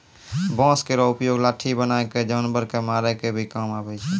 बांस केरो उपयोग लाठी बनाय क जानवर कॅ मारै के भी काम आवै छै